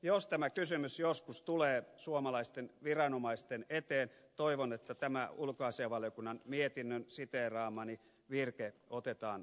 jos tämä kysymys joskus tulee suomalaisten viranomaisten eteen toivon että tämä ulkoasiainvaliokunnan mietinnöstä siteeraamani virke otetaan tarkasti huomioon